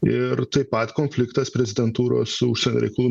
ir taip pat konfliktas prezidentūros su užsienio reikalų